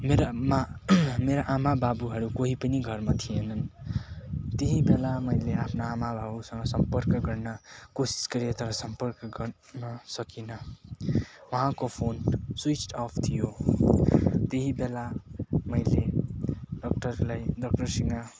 मेरो आमा मेरो आमाबाबुहरू कोही पनि घरमा थिएनन् त्यही बेला मैले आफ्ना आमाबाबुसँग सम्पर्क गर्न कोसिस गरेँ तर सम्पर्क गर्न सकिनँ उहाँको फोन सुइच्ड अफ थियो त्यही बेला मैले डक्टरलाई डक्टरसँग